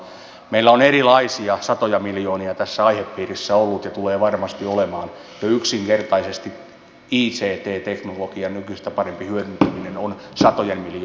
meillä on erilaisia satoja miljoonia tässä aihepiirissä ollut ja tulee varmasti olemaan ja yksinkertaisesti ict teknologian nykyistä parempi hyödyntäminen on satojen miljoonien eurojen asia